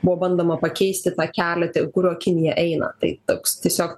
buvo bandoma pakeisti tą kelią dėl kurio kinija eina tai toks tiesiog